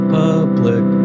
public